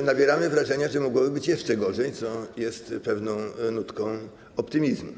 odnosimy wrażenie, że mogłoby być jeszcze gorzej, co jest pewną nutką optymizmu.